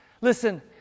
Listen